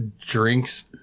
drinks